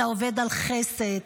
אתה עובד על חסד,